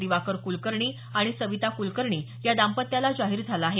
दिवाकर कुलकर्णी आणि सविता कुलकर्णी या दाम्पत्याला जाहीर झाला आहे